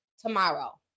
tomorrow